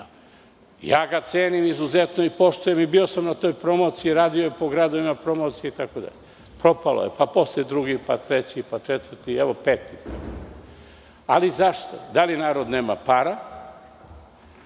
Ja ga izuzetno cenim i poštujem. Bio sam na toj promociji, radio po gradovima promocije itd. Propalo je, pa posle drugi, pa treći, pa četvrti i, evo, peti. Ali, zašto? Da li narod nema para? Jedno